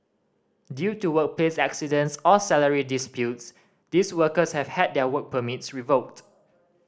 due to workplace accidents or salary disputes these workers have had their work permits revoked